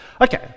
Okay